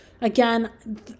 Again